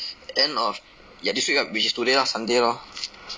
end of ya this week ah which is today lah sunday lor